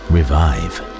Revive